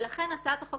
ולכן הצעת החוק